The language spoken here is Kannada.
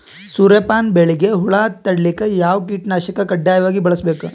ಸೂರ್ಯಪಾನ ಬೆಳಿಗ ಹುಳ ತಡಿಲಿಕ ಯಾವ ಕೀಟನಾಶಕ ಕಡ್ಡಾಯವಾಗಿ ಬಳಸಬೇಕು?